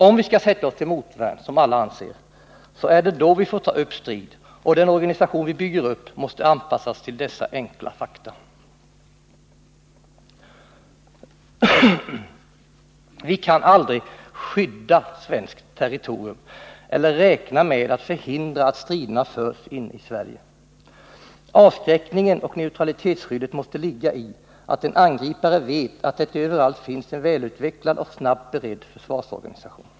Om vi skall sätta oss till motvärn, som alla anser, är det då s till ydda” svenskt territorium eller räkna med att förhindra att striderna förs inne i Sverige. Av: vi får ta upp strid, och den organisation vi bygger upp måste anpas dessa enkla fakta. Vi kan aldrig neutralitetsskyddet måste ligga i att en angripare vet att det överallt finns en välutvecklad och snabbt beredd försvarsorganisation.